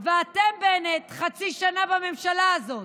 ואתם, בנט, חצי שנה בממשלה הזאת.